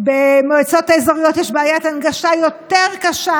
ובמועצות האזוריות יש בעיית הנגשה יותר קשה.